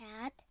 cat